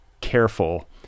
careful